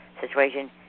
situation